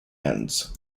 ends